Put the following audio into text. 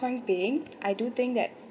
point being I do think that